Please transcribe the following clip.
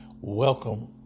Welcome